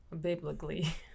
biblically